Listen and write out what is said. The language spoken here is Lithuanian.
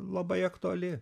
labai aktuali